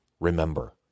Remember